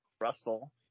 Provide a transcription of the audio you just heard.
Russell